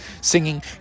singing